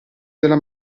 della